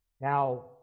now